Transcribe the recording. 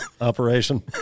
operation